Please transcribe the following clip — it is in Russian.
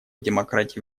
демократий